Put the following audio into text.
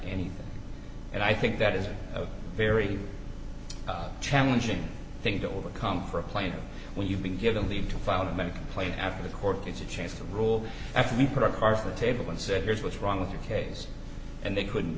anything and i think that is a very challenging thing to overcome for a plane when you've been given leave to file an american plane after the court gets a chance to rule after we put our car for a table and said here's what's wrong with your case and they couldn't